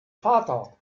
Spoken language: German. vater